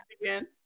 again